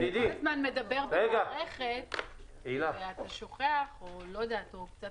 אתה כל הזמן מדבר על מערכת ואתה שוכח או קצת